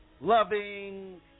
loving